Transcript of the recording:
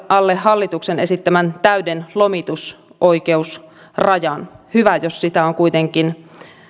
alle hallituksen esittämän täyden lomitusoikeusrajan hyvä jos sitä on kuitenkin